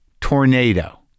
tornado